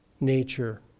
nature